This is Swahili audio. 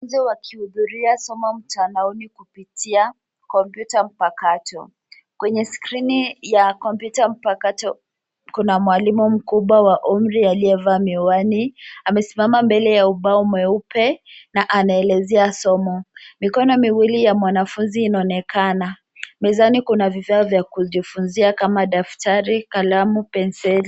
Wanafunzi wakihudhuria somo mtandaoni kupitia kompyuta mpakato. Kwenye skrini ya kompyuta mpakato, kuna mwalimu mkubwa wa umri aliyevaa miwani , amesimama mbele ya ubao mweupe na anaelezea somo. Mikono miwili ya mwanafunzi inaonekana. Mezani kuna vifaa vya kujifunzia kama daftari, kalamu, penseli.